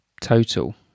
total